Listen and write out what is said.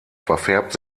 verfärbt